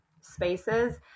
spaces